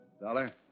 Dollar